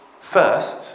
first